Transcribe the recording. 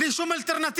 בלי שום אלטרנטיבה.